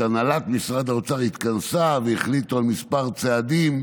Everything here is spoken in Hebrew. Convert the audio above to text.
הנהלת משרד האוצר התכנסה והחליטו על כמה צעדים,